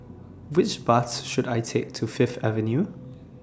Which Bus should I Take to Fifth Avenue